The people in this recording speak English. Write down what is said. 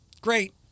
great